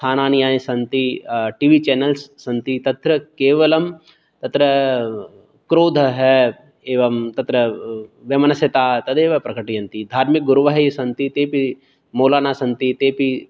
स्थानानि यानि सन्ति टि वि चैनल्स् सन्ति तत्र केवलं तत्र क्रोधः एवं तत्र वैमन्यस्यता तदेव प्रकटयन्ति धार्मिकगुरवः ये सन्ति तेऽपि मौलाना सन्ति तेऽपि